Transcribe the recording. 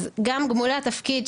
אז גם גמול התפקיד,